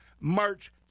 March